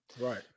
right